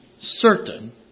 certain